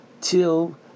till